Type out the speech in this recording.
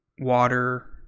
water